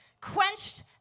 quenched